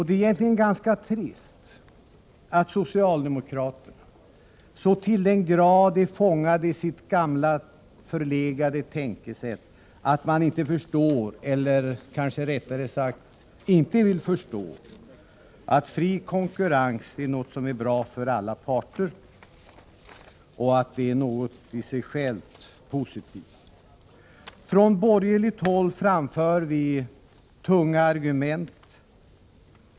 Det är egentligen ganska trist att socialdemokraterna så till den grad är fångade i sitt gamla förlegade tänkesätt att de inte förstår, eller kanske rättare sagt inte vill förstå, att fri konkurrens är något som är bra för alla parter och att det är något positivt. Från borgerligt håll framför vi tunga argument.